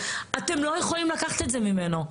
אתם לא יכולים לקחת את זה ממנו.